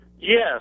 Yes